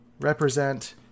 represent